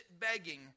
begging